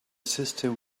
system